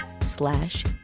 slash